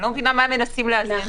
אני לא מבינה מה מנסים לאזן פה.